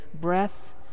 breath